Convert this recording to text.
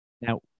Now